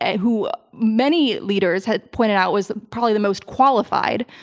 who many leaders had pointed out was probably the most qualified,